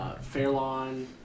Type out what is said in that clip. Fairlawn